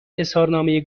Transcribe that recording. اظهارنامه